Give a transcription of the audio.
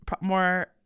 more